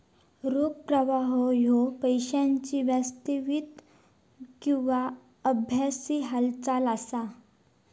रोख प्रवाह ह्यो पैशाची वास्तविक किंवा आभासी हालचाल असा